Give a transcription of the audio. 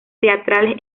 teatrales